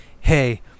hey